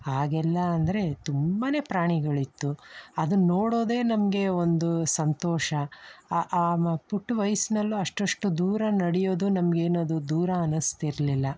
ಆಗೆಲ್ಲ ಅಂದರೆ ತುಂಬಾ ಪ್ರಾಣಿಗಳಿತ್ತು ಅದನ್ನ ನೋಡೋದೇ ನಮಗೆ ಒಂದು ಸಂತೋಷ ಆ ಆ ಪುಟ್ಟ ವಯಸ್ಸಿನಲ್ಲೂ ಅಷ್ಟು ಅಷ್ಟು ದೂರ ನಡೆಯೋದು ನಮಗೇನದು ದೂರ ಅನಿಸ್ತಿರ್ಲಿಲ್ಲ